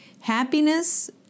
happiness